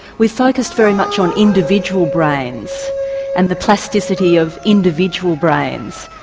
we've focussed very much on individual brains and the plasticity of individual brains,